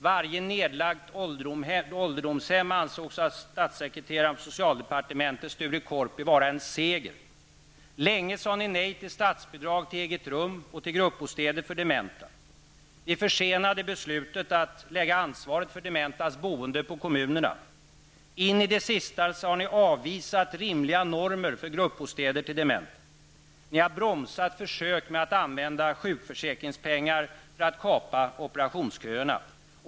Varje nedlagt ålderdomshem ansågs av statssekreteraren på socialdepartementet, Sture Korpi, vara en seger. Länge sade ni nej till att ge statsbidrag till eget rum och till gruppbostäder för dementa. Ni försenade beslutet att lägga ansvaret för dementas boende på kommunerna. In i det sista har ni avvisat rimligare normer för demensbostäder. Ni har bromsat försök med att använda sjukförsäkringspengar för att kapa operationsköerna.